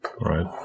right